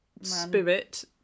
spirit